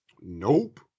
Nope